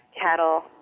cattle